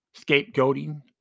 scapegoating